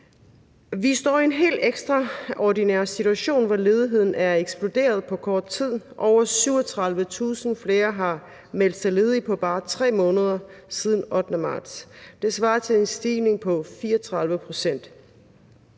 Vi står i en helt ekstraordinær situation, hvor ledigheden er eksploderet på kort tid. Over 37.000 flere har meldt sig ledige på bare 3 måneder siden 8. marts. Det svarer til en stigning på 34 pct.